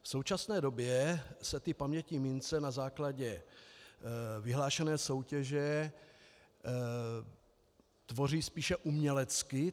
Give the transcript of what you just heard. V současné době se pamětní mince na základě vyhlášené soutěže tvoří spíše umělecky.